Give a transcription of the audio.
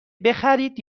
بخرید